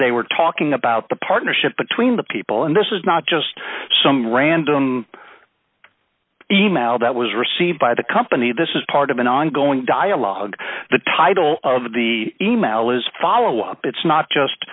they were talking about the partnership between the people and this is not just some random e mail that was received by the company this is part of an ongoing dialogue the title of the e mail is follow up it's not just